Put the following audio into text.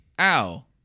Ow